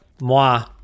moi